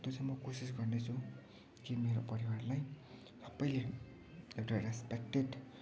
सक्दो चाहिँ म कोसिस गर्नेछु कि मेरो परिवारलाई सबैले एउटा रेसपेक्टेड